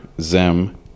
Zem